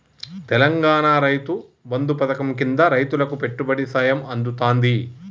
తెలంగాణాల రైతు బంధు పథకం కింద రైతులకు పెట్టుబడి సాయం అందుతాంది